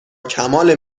کمال